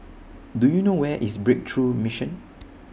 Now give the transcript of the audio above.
Do YOU know Where IS Breakthrough Mission